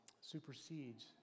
supersedes